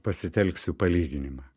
pasitelksiu palyginimą